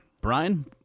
Brian